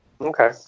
Okay